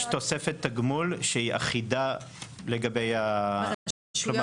יש תוספת תגמול שהיא אחידה לגבי --- ברשויות